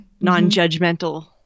non-judgmental